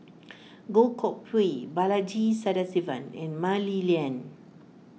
Goh Koh Pui Balaji Sadasivan and Mah Li Lian